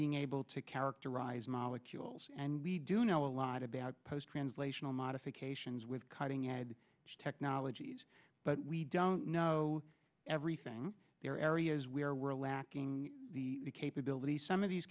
being able to characterize molecules and we do know a lot about post translational modifications with cutting ad technologies but we don't know everything there are areas where we're lacking the capabilities some of these